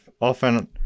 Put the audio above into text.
often